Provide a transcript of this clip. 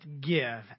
give